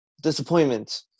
disappointment